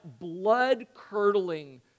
blood-curdling